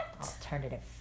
Alternative